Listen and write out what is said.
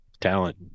talent